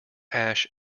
ash